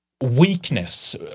weakness